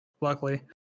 luckily